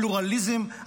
הפלורליזם,